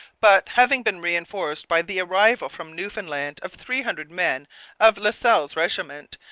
but, having been reinforced by the arrival from newfoundland of three hundred men of lascelles's regiment,